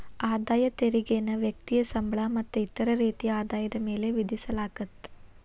ಆದಾಯ ತೆರಿಗೆನ ವ್ಯಕ್ತಿಯ ಸಂಬಳ ಮತ್ತ ಇತರ ರೇತಿಯ ಆದಾಯದ ಮ್ಯಾಲೆ ವಿಧಿಸಲಾಗತ್ತ